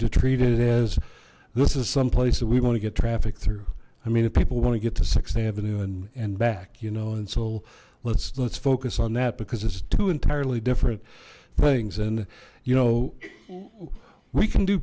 to treat it as this is someplace that we want to get traffic through i mean if people want to get to sixth avenue and back you know and so let's let's focus on that because it's two entirely different things and you know we can do